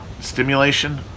stimulation